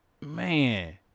man